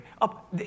up